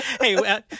Hey